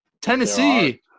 Tennessee